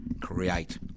create